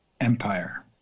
empire